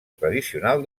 tradicional